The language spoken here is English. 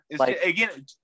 Again